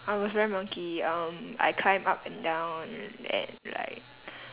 I was very monkey um I climbed up and down and like